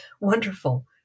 Wonderful